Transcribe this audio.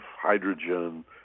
hydrogen